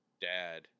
dad